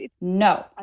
No